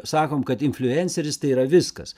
sakom kad infliuenceris tai yra viskas